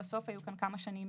בסוף היו כאן כמה שנים